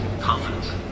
confidence